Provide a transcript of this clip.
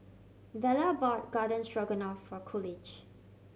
Vella bought Garden Stroganoff for Coolidge